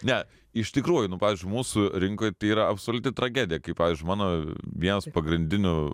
ne iš tikrųjų nu pavyzdžiui mūsų rinkoj tai yra absoliuti tragedija kai pavyzdžiui mano vienas pagrindinių